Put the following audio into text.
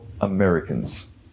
Americans